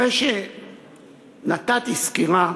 אחרי שנתתי סקירה